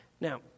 now